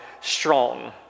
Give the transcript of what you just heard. strong